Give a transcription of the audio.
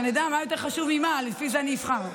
שנדע מה יותר חשוב ממה, לפי זה אני אבחר.